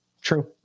true